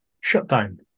shutdown